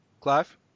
Clive